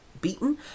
beaten